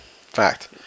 Fact